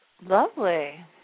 Lovely